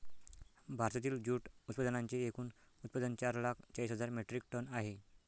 भारतातील जूट उत्पादनांचे एकूण उत्पादन चार लाख चाळीस हजार मेट्रिक टन आहे